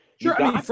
Sure